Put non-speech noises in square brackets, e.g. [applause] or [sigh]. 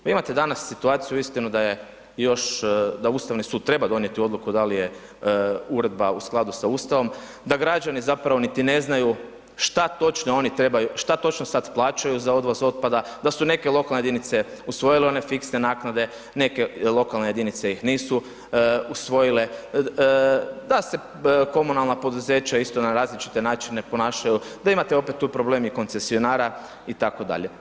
Pa imate danas situaciju, ... [unintelligible] da je, još, da Ustavni sud treba donijeti odluku da li je Uredba u skladu sa Ustavom, da građani zapravo niti ne znaju šta točno oni trebaju, šta točno sad plaćaju za odvoz otpada, da su neke lokalne jedinice usvojile one fiksne naknade, neke lokalne jedinice ih nisu usvojile, da se komunalna poduzeća isto na različite načine ponašaju, da imate opet tu problem i koncesionara, i tako dalje.